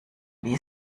wie